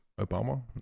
Obama